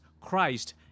Christ